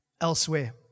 elsewhere